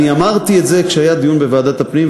אני אמרתי את זה כשהיה דיון בוועדת הפנים,